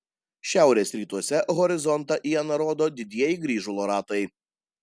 šiaurės rytuose horizontą iena rodo didieji grįžulo ratai